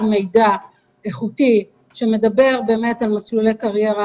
מידע איכותי שמדבר באמת על מסלולי קריירה,